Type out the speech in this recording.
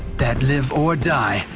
that live or die,